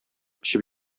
эчеп